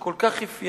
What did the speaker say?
שכל כך אפיינה